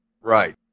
Right